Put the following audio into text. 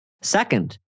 Second